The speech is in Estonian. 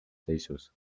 seisus